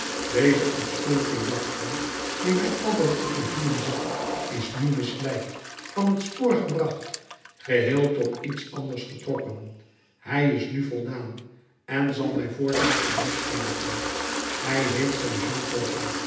deze afschuwelijke jachthond die mij altijd op de hielen zit is nu misleid van t spoor gebracht geheel tot iets anders getrokken hij is nu voldaan en zal mij voortaan gerust laten hij heeft zijn jean